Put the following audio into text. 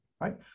right